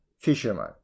Fisherman